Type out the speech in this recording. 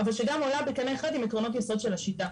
אבל שגם עולה כמובן עם עקרונות היסוד של השיטה.